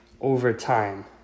overtime